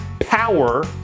power